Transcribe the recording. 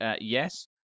yes